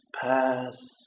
pass